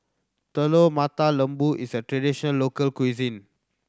Telur Mata Lembu is a tradition local cuisine